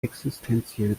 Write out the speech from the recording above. existenziell